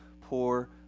poor